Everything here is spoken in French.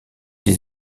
des